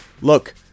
Look